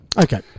Okay